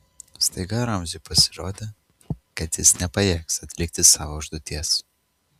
staiga ramziui pasirodė kad jis nepajėgs atlikti savo užduoties